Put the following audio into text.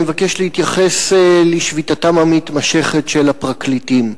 אני מבקש להתייחס לשביתתם המתמשכת של הפרקליטים.